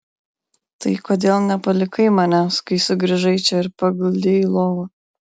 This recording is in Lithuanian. tai kodėl nepalikai manęs kai sugrįžai čia ir paguldei į lovą